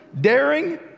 daring